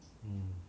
mm